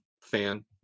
fan